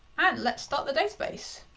and let's start the database,